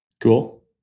Cool